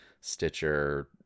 stitcher